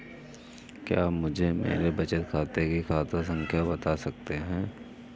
क्या आप मुझे मेरे बचत खाते की खाता संख्या बता सकते हैं?